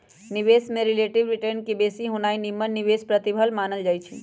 निवेश में relative return के बेशी होनाइ निम्मन निवेश प्रतिफल मानल जाइ छइ